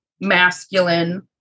masculine